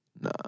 Nah